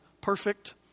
perfect